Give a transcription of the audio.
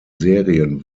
serien